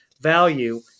value